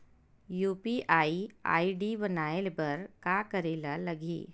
UPI ID बनाये बर का करे ल लगही?